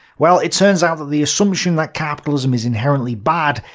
well, it turns out that the assumption that capitalism is inherently bad,